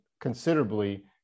considerably